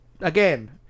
again